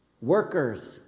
workers